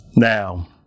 Now